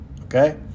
okay